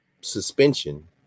suspension